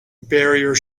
barrier